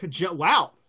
Wow